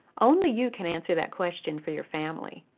only you can answer that question for your family.